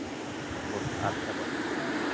ᱵᱚ ᱟᱫ ᱪᱟᱵᱟᱜᱼᱟ